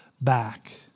back